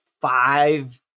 five